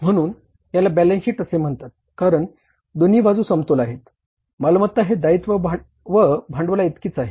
म्हणून याला balance sheet असे म्हणतात कारण दोन्ही बाजू समतोल आहेत मालमत्ता हे दायित्व व भांडवलाइतकीच आहे